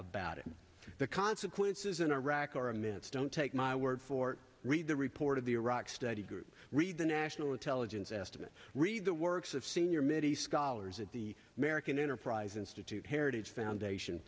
about it the consequences in iraq are immense don't take my word for read the report of the iraq study group read the national intelligence estimate read the works of senior mideast scholars at the american enterprise institute heritage foundation